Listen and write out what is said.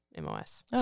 MOS